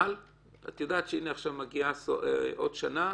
אבל את יודעת שעכשיו מגיעה עוד שנה,